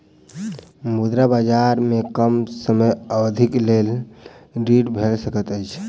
मुद्रा बजार में कम समय अवधिक लेल ऋण भेट सकैत अछि